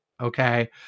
okay